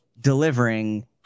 delivering